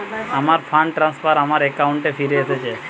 আমার fund transfer আমার অ্যাকাউন্টে ফিরে এসেছে